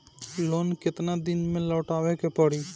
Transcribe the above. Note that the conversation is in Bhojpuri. लोन केतना दिन में लौटावे के पड़ी?